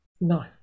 no